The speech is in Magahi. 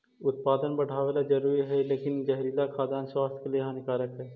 उत्पादन बढ़ावेला जरूरी हइ लेकिन जहरीला खाद्यान्न स्वास्थ्य के लिए हानिकारक हइ